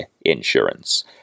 Insurance